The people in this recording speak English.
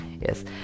Yes